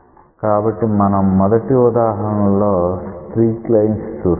కాబట్టి మనం మొదటి ఉదాహరణలో స్ట్రీక్ లైన్స్ చూస్తున్నాం